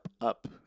up